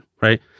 Right